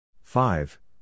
Five